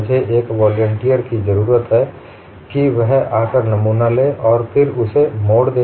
मुझे एक वालंटियर की जरूरत है कि वह आकर नमूना ले और फिर उसे मोड़ दे